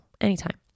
anytime